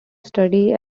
study